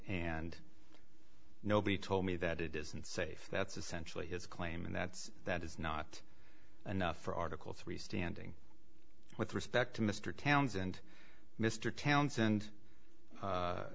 and nobody told me that it is unsafe that's essentially his claim and that's that is not enough for article three standing with respect to mr townsend mr townsend